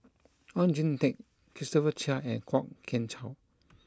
Oon Jin Teik Christopher Chia and Kwok Kian Chow